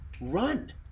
run